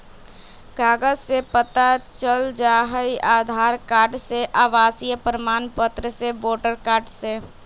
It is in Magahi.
कागज से पता चल जाहई, आधार कार्ड से, आवासीय प्रमाण पत्र से, वोटर कार्ड से?